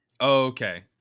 okay